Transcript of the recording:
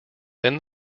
then